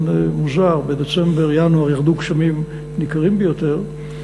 מוזר: בדצמבר-ינואר ירדו גשמים ניכרים ביותר,